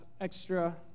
extra